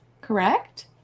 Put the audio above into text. correct